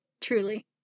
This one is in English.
Truly